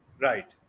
Right